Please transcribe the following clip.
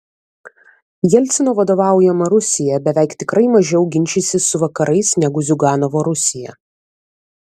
jelcino vadovaujama rusija beveik tikrai mažiau ginčysis su vakarais negu ziuganovo rusija